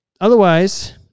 Otherwise